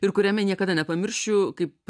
ir kuriame niekada nepamiršiu kaip